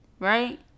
Right